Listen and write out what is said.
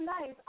nice